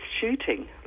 shooting